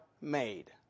made